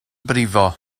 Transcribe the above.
brifo